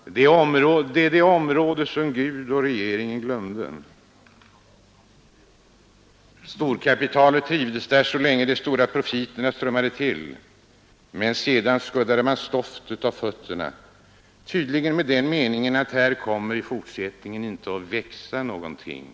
Ådalen är området som såväl Gud som regeringen glömde. Storkapitalet trivdes där så länge de stora profiterna strömmade till, men sedan skuddade man stoftet av fötterna, tydligen med den meningen att här kommer i fortsättningen inte att växa någonting.